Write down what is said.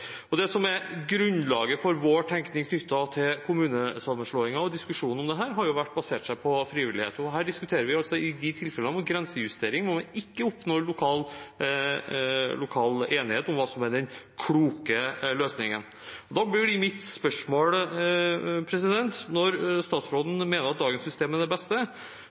Det som er grunnlaget for vår tenkning knyttet til kommunesammenslåingen og diskusjonen om dette, har jo vært basert på frivillighet, og her diskuterer vi altså de tilfellene av grensejustering hvor man ikke oppnår lokal enighet om hva som er den kloke løsningen. Da blir mitt spørsmål, når statsråden mener at dagens system er det beste: